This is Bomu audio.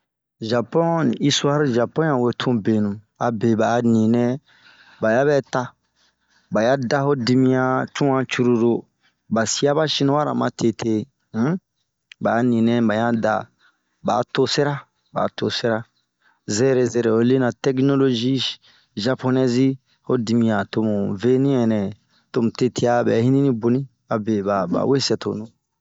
Zapon istuare ,zapon ya we tun benuu, abe ba'a ninɛ baya bɛ taa.ba ya da ho dimiɲan tuan cururu. Ba sia ba sinua ra matete, hun ba a tosɛra, ba'a tosɛra. Oyil lena tɛkinolozi zaponɛzi ho dimiɲan to mu veni ɛnɛh ,tomu tetea bɛ ini bonii, abe ba we sɛmi tonu.